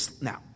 now